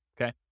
okay